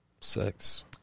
Sex